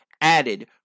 added